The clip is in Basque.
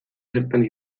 zertan